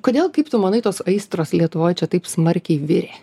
kodėl kaip tu manai tos aistros lietuvoj čia taip smarkiai virė